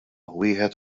wieħed